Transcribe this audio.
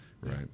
Right